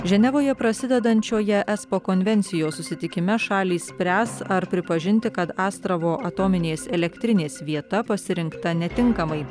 ženevoje prasidedančioje espo konvencijos susitikime šalys spręs ar pripažinti kad astravo atominės elektrinės vieta pasirinkta netinkamai